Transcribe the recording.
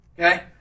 okay